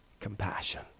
compassion